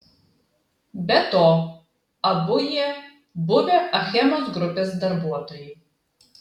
be to abu jie buvę achemos grupės darbuotojai